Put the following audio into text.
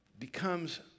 becomes